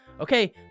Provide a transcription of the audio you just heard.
okay